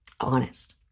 honest